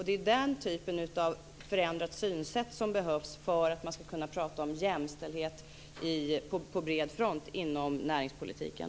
Det är den typen av förändrat synsätt som behövs för att man på bred front ska kunna prata om jämställdhet inom näringspolitiken.